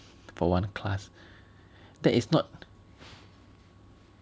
for one class that is not